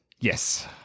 Yes